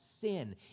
sin